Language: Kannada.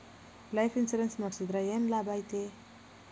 ಲೈಫ್ ಇನ್ಸುರೆನ್ಸ್ ಮಾಡ್ಸಿದ್ರ ಏನ್ ಲಾಭೈತಿ?